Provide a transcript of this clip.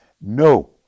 No